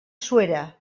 suera